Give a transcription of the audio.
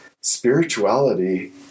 spirituality